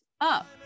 up